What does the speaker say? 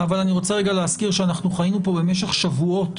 אבל אני רוצה רגע להזכיר שאנחנו חיינו פה במשך שבועות